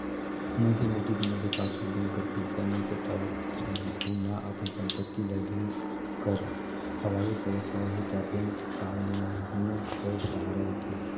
मइनसे नोटिस मिले पाछू बेंक कर पइसा नी पटावत रहें अउ ना अपन संपत्ति ल बेंक कर हवाले करत अहे ता बेंक कान्हून कर सहारा लेथे